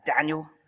Daniel